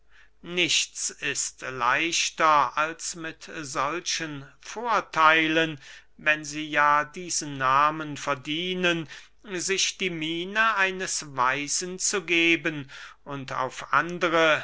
nichts ist leichter als mit solchen vortheilen wenn sie ja diesen nahmen verdienen sich die miene eines weisen zu geben und auf andere